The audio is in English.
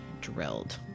drilled